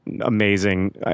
amazing